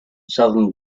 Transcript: southern